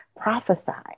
prophesied